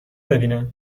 ببینم